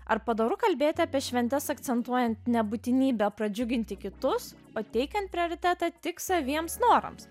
ar padoru kalbėti apie šventes akcentuojant ne būtinybę pradžiuginti kitus o teikiant prioritetą tik saviems norams